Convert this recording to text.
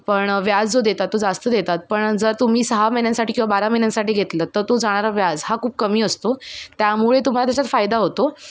पण व्याज जो देतात तो जास्त देतात पण जर तुम्ही सहा महिन्यांसाठी किंवा बारा महिन्यांसाठी घेतलं तर तो जाणारा व्याज हा खूप कमी असतो त्यामुळे तुम्हाला त्याच्यात फायदा होतो